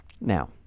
Now